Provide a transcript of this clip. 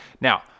Now